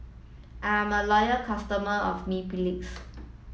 I'm a loyal customer of Mepilex